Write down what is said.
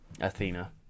Athena